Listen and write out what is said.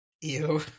Ew